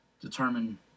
determine